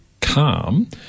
calm